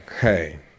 hey